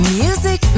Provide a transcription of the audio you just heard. music